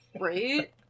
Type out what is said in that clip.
Right